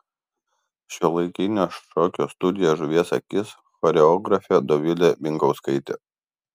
šiuolaikinio šokio studija žuvies akis choreografė dovilė binkauskaitė